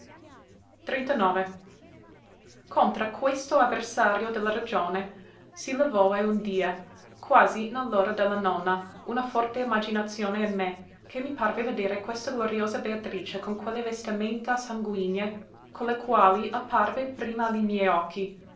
i contra questo avversario de la ragione si levoe un die quasi ne l'ora de la nona una forte imaginazione in me che mi parve vedere questa gloriosa beatrice con quelle vestimenta sanguigne co le quali apparve prima a li occhi